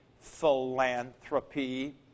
philanthropy